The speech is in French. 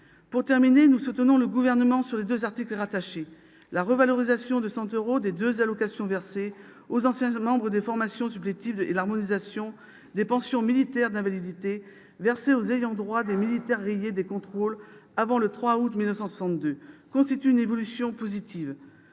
Pour terminer, nous soutenons le Gouvernement s'agissant des deux articles rattachés. La revalorisation de 100 euros des deux allocations versées aux anciens membres des formations supplétives et l'harmonisation des pensions militaires d'invalidité versées aux ayants droit des militaires rayés des contrôles avant le 3 août 1962 constituent une évolution positive.